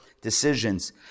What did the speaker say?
decisions